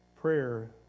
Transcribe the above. prayer